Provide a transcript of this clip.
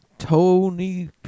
Tony